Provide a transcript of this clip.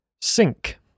Sink